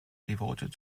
devoted